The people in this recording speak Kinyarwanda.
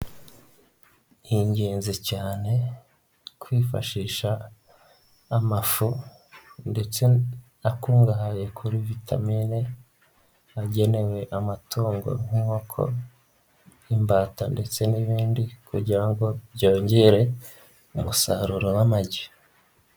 Ni ingenzi cyane kwifashisha amafu ndetse akungahaye kuri vitamine agenewe amatungo nk'inkoko, imbata ndetse n'ibindi kugira ngo byongere umusaruro w'amagi.